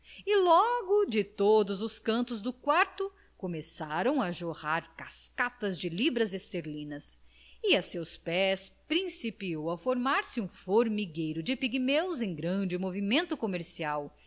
e logo de todos os cantos do quarto começaram a jorrar cascatas de libras esterlinas e a seus pés principiou a formar-se um formigueiro de pigmeus em grande movimento comercial